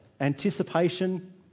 Anticipation